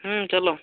ହୁଁ ଚାଲ